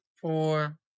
four